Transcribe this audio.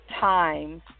time